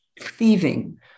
thieving